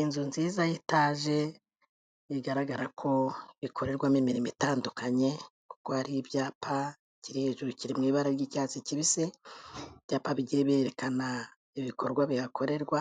Inzu nziza y'itaje bigaragara ko ikorerwamo imirimo itandukanye kuko hari ibyapa, ikiri hejuru kiri mu ibara ry'icyatsi kibisi, ibyapa bigiye byerekana ibikorwa bihakorerwa,